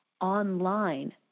online